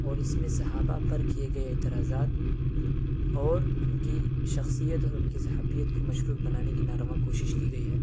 اور اس میں صحابہ پر کیے گئے اعتراضات اور ان کی شخصیت اور ان کی صحابیت کو مشکوک بنانے کی ناروا کوشش کی گئی ہے